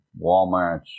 Walmarts